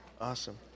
awesome